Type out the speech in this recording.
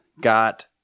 got